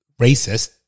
racist